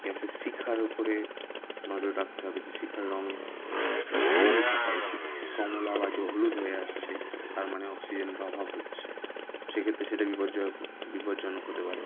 গ্যাসের শিখার উপরে নজর রাখতে হবে যে শিখার রং নীল থাকা উচিত কমলা বা যেই হলুদ হয়ে আসছে তার মানে অক্সিজেনের অভাব হচ্ছে সেক্ষেত্রে সেটা বিপদজ্জনক হতে পারে